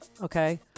okay